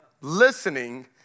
Listening